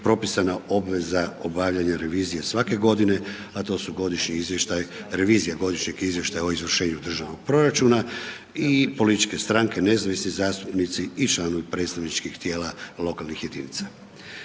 propisana obveza obavljanja revizije svake godine a to su godišnji izvještaj, revizija godišnjeg izvještaja o izvršenju državnog proračuna i političke stranke, nezavisni zastupnici i članovi predstavničkih tijela lokalnih jedinica.